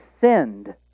sinned